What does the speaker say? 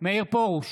מאיר פרוש,